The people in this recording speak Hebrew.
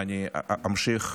ואני אמשיך